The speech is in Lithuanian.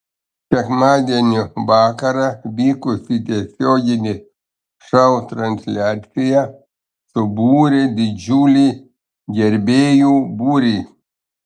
sekmadienio vakarą vykusi tiesioginė šou transliacija subūrė didžiulį gerbėjų būrį